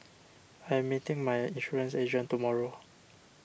I am meeting my insurance agent tomorrow